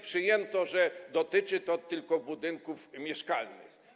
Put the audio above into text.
Przyjęto, że dotyczy to tylko budynków mieszkalnych.